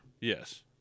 Yes